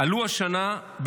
בתוך הממשלה שלך?